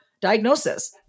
diagnosis